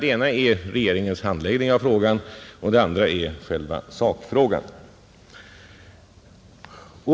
Den ena är regeringens handläggning av frågan och den andra är själva sakfrågan.